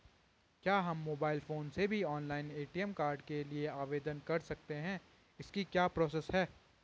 क्या हम mobile phone से भी ऑनलाइन ए.टी.एम कार्ड के लिए आवेदन कर सकते हैं इसकी क्या प्रोसेस है?